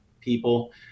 people